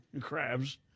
crabs